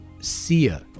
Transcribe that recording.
Sia